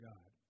God